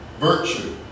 virtue